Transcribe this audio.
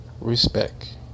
respect